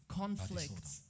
conflicts